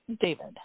David